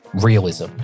realism